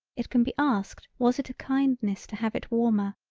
it can be asked was it a kindness to have it warmer,